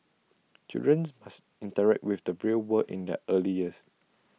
children must interact with the real world in their early years